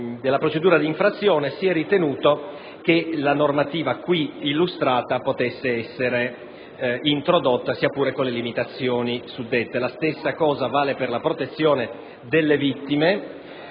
della procedura di infrazione, che la normativa qui illustrata potesse essere introdotta, sia pure con le suddette limitazioni. Lo stesso vale per la protezione delle vittime.